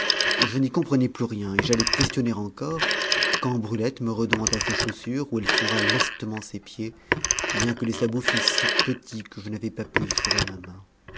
je n'y comprenais plus rien et j'allais questionner encore quand brulette me redemanda ses chaussures où elle fourra lestement ses pieds bien que les sabots fussent si petits que je n'avais pas pu y fourrer ma main